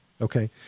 Okay